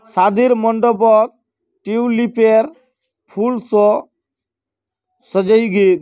शादीर मंडपक ट्यूलिपेर फूल स सजइ दे